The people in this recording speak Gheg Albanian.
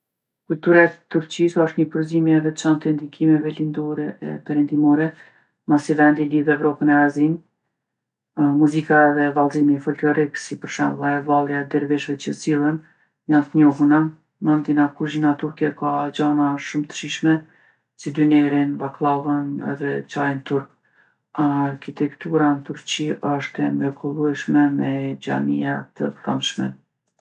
Kultura e Turqisë osht ni përzimje e veçantë e ndikimeve lindore e perendimore, masi vendi lidhë Evropën me Azinë. Muzika edhe vallzimi folklorik, si për shembull ajo vallja a dervishve që sillen, janë t'njohuna. Mandena kuzhina turke ka gjana shumë t'shijshme, si dynerin, bakllavën edhe çajin turk. Arkitektura n'Turqi osht e mrekullueshme me xhamija të famshme.